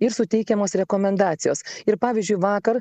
ir suteikiamos rekomendacijos ir pavyzdžiui vakar